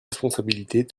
responsabilités